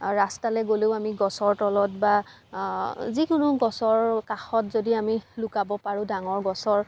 ৰাস্তালৈ গ'লেও আমি গছৰ তলত বা যিকোনো গছৰ কাষত যদি আমি লুকাব পাৰোঁ ডাঙৰ গছৰ